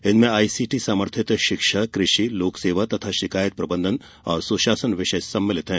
इनमें आईसीटी समर्थित शिक्षा कृषि लोक सेवा तथा शिकायत प्रबंधन और सुशासन विषय सम्मिलित हैं